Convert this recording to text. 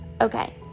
Okay